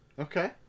Okay